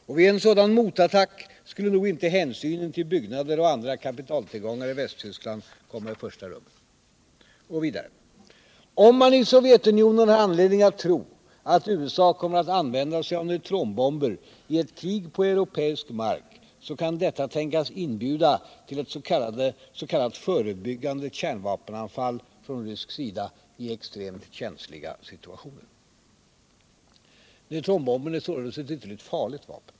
Och vid en en sådan motattack skulle nog inte hänsynen till byggnader och andra kapitaltillgångar i Västtyskland komma i första rummet. Och vidare — om man i Sovjetunionen har anledning tro att USA kommer att använda sig av neutronbomber i ett krig på europeisk mark, så kan detta tänkas inbjuda till ett s.k. förebyggande kärnvapenanfall från rysk sida i extremt känsliga situationer. Neutronbomben är således ett utomordentligt farligt vapen.